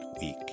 week